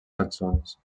cançons